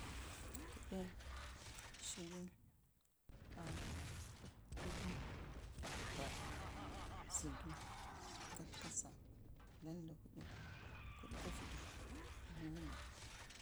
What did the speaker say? kəɗən, shiərən, kwaan, fudu vaɗ zədu, gatkasa, danda fuɗu kuɗkuvəda guma.